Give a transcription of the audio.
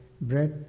breath